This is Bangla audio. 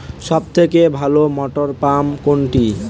সবথেকে ভালো মটরপাম্প কোনটি?